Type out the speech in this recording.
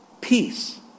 Peace